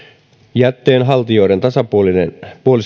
jätteenhaltijoiden tasapuolisen